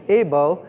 able